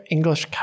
English